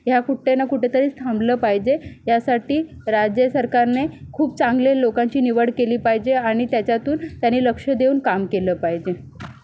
ह्या कुठे ना कुठेतरी थांबलं पाहिजे यासाठी राज्य सरकारने खूप चांगले लोकांची निवड केली पाहिजे आणि त्याच्यातून त्यांनी लक्ष देऊन काम केलं पाहिजे